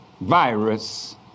virus